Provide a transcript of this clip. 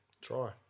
Try